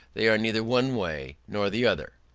they are neither one way nor the other.